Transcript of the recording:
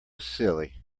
silly